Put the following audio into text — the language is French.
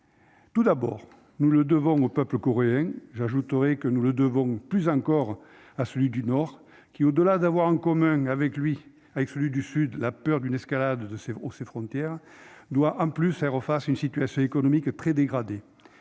Tout d'abord, nous le devons au peuple coréen. J'ajoute que nous le devons plus encore à celui du nord, qui, au-delà d'avoir en commun avec celui du sud la peur d'une escalade aux frontières du pays, doit en plus faire face à une situation économique très dégradée,